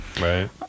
right